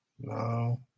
No